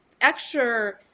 extra